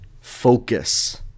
Focus